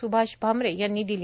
स्भाष भामरे यांनी दिली